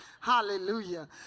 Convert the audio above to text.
Hallelujah